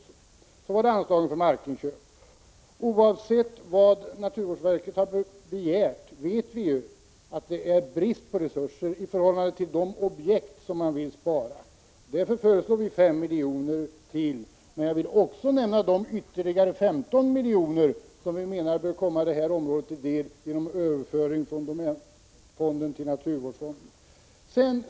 Så några ord om anslaget för markinköp. Oavsett vad naturvårdsverket har begärt, vet vi att det är brist på resurser i förhållande till de objekt som man vill spara. Därför föreslår vi att anslaget skall höjas med 5 miljoner. Men jag vill också nämna de ytterligare 15 miljoner som vi menar bör komma detta område till del genom överföring från domänfonden till naturvårdsfonden.